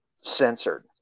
censored